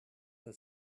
for